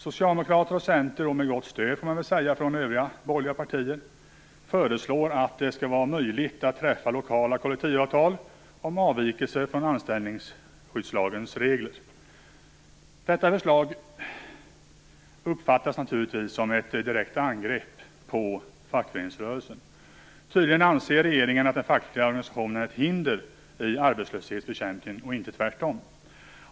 Socialdemokraterna och Centern - med gott stöd, får man väl säga, från övriga borgerliga partier - föreslår att det skall vara möjligt att träffa lokala kollektivavtal om avvikelser från anställningsskyddslagens regler. Detta förslag uppfattas naturligtvis som ett direkt angrepp på fackföreningsrörelsen. Tydligen anser regeringen att den fackliga organisationen är ett hinder i arbetslöshetsbekämpningen och inte tvärtom.